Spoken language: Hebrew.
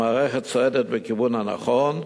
המערכת צועדת בכיוון הנכון,